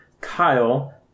Kyle